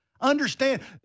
understand